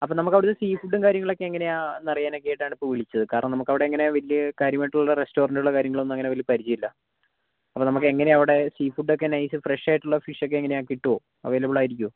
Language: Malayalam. അപ്പം നമുക്ക് അവിടുത്തെ സീഫുഡും കാര്യങ്ങളൊക്കെ എങ്ങനെയാണെന്നറിയാനൊക്കെയായിട്ടാണ് ഇപ്പം വിളിച്ചത് കാരണം നമുക്കവിടെ അങ്ങനെ വലിയ കാര്യമായിട്ടുള്ള റെസ്റ്റോറന്റുകൾ കാര്യങ്ങളൊന്നും അങ്ങനെ വലിയ പരിചയം ഇല്ല അപ്പം നമുക്കെങ്ങനെയാണ് അവിടെ സീഫുഡൊക്കെ നൈസ് ഫ്രഷ് ആയിട്ടുള്ള ഫിഷ് ഒക്കെ എങ്ങനെയാണ് കിട്ടുവോ അവൈലബിൾ ആയിരിക്കുവോ